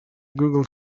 google